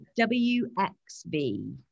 WXV